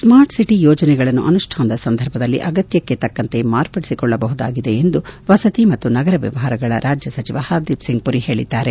smart city ಯೋಜನೆಗಳನ್ನು ಅನುಷ್ಪಾನದ ಸಂದರ್ಭದಲ್ಲಿ ಅಗತ್ಯಕ್ಕೆ ತಕ್ಕಂತೆ ಮಾರ್ಪಡಿಸಿಕೊಳ್ಳಬಹುದಾಗಿದೆ ಎಂದು ವಸತಿ ಮತ್ತು ನಗರ ವ್ಯವಹಾರಗಳ ರಾಜ್ಯ ಸಚಿವ ಹರ್ದೀಪ್ ಸಿಂಗ್ ಸಪುರಿ ಹೇಳಿದ್ದಾರೆ